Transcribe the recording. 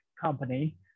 Company